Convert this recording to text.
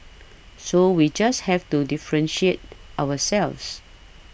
so we just have to differentiate ourselves